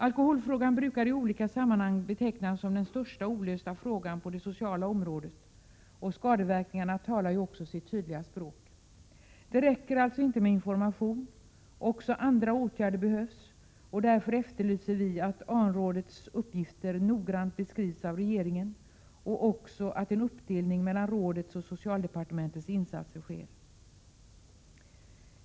Alkoholfrågan brukar i olika sammanhang betecknas som den största olösta frågan på det sociala området, och skadeverkningarna talar också sitt tydliga språk. Det räcker alltså inte med information. Också andra åtgärder behövs, och därför efterlyser vi att det när det gäller AN-rådets uppgifter ges en noggrann beskrivning från regeringens sida samt att en uppdelning mellan rådets och socialdepartementets insatser sker.